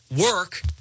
work